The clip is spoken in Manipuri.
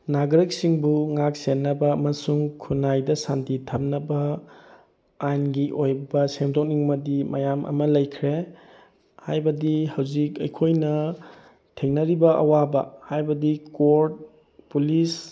ꯅꯥꯒꯔꯤꯛꯁꯤꯡꯕꯨ ꯉꯥꯛ ꯁꯦꯟꯅꯕ ꯑꯃꯁꯨꯡ ꯈꯨꯟꯅꯥꯏꯗ ꯁꯥꯟꯇꯤ ꯊꯝꯅꯕ ꯑꯥꯏꯟꯒꯤ ꯑꯣꯏꯕ ꯁꯦꯝꯗꯣꯛꯅꯤꯡꯕꯗꯤ ꯃꯌꯥꯝ ꯑꯃ ꯂꯩꯈ꯭ꯔꯦ ꯍꯥꯏꯕꯗꯤ ꯍꯧꯖꯤꯛ ꯑꯩꯈꯣꯏꯅ ꯊꯦꯡꯅꯔꯤꯕ ꯑꯋꯥꯕ ꯍꯥꯏꯕꯗꯤ ꯀꯣꯔꯠ ꯄꯨꯂꯤꯁ